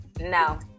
No